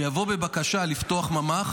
שיבוא בבקשה לפתוח ממ"ח.